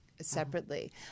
separately